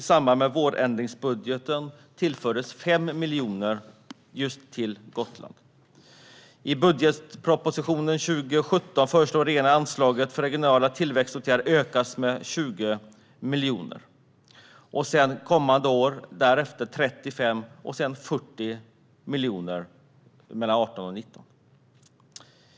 I samband med vårändringsbudgeten tillfördes 5 miljoner kronor till just Gotland. I budgetpropositionen för 2017 föreslår regeringen att anslaget för regionala tillväxtåtgärder ökas med 20 miljoner. Kommande år ökas det med 35 och 40 miljoner, mellan 2018 och 2019.